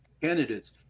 candidates